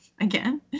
again